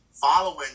Following